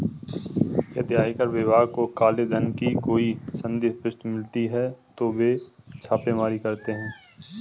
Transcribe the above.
यदि आयकर विभाग को काले धन की कोई संदिग्ध वस्तु मिलती है तो वे छापेमारी करते हैं